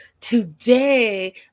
Today